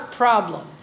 problem